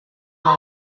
mau